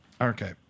Okay